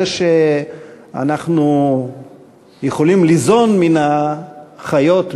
זה שאנחנו יכולים להיזון מן החיות,